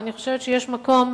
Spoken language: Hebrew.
ואני חושבת שיש מקום,